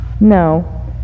No